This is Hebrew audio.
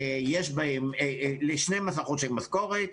ל-12 חודשי משכורת,